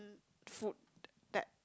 food that